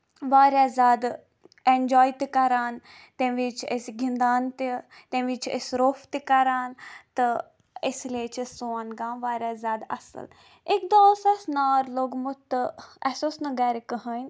واریاہ زیادٕ اینجاے تہِ کران تَمہِ وِزِ چھِ أسۍ گِندان تہِ تَمہِ وِزِ چھِ أسۍ روٚف تہِ کران تہٕ اس لیے چھُ سون گام واریاہ زیادٕ اَصٕل اَکہِ دۄہ اوس اَسہِ نار لوٚگمُت تہٕ اَسہِ اوس نہٕ گرِ کٔہینۍ